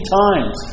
times